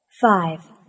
Five